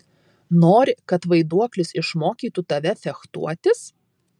nori kad vaiduoklis išmokytų tave fechtuotis